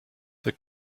the